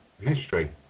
history